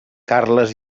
carles